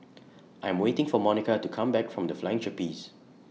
I'm waiting For Monika to Come Back from The Flying Trapeze